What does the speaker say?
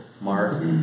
Mark